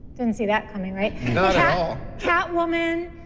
didn't see that coming, right? you know cat woman,